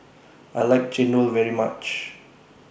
I like Chendol very much